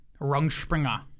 Rungspringer